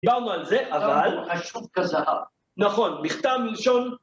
דיברנו על זה, אבל... חשוב כזהב. נכון, נכתב מלשון...